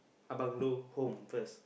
a bungalow home first